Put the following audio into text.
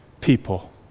people